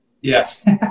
yes